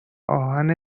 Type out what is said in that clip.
آهن